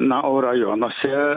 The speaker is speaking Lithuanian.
na o rajonuose